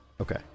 Okay